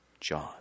John